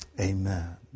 Amen